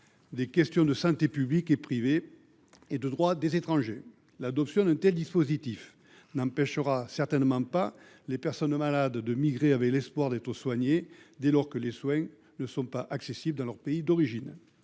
des problématiques de santé publique et privée et du droit des étrangers. L’adoption d’un tel dispositif n’empêchera certainement pas les personnes malades de migrer dans l’espoir d’être soignées, dès lors que les soins dont elles ont besoin ne sont pas accessibles dans leur pays d’origine.